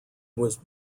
was